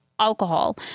alcohol